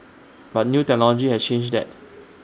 but new technology has changed that